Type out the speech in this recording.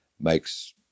makes